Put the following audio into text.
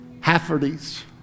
Hafferty's